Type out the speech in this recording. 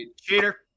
Cheater